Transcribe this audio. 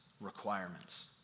requirements